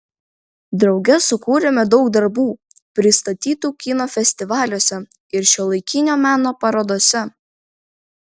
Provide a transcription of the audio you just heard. drauge sukūrėme daug darbų pristatytų kino festivaliuose ir šiuolaikinio meno parodose